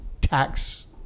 tax